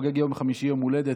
חוגג ביום חמישי יום הולדת,